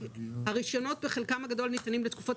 הרישיונות בחלקם הגדול ניתנים לתקופות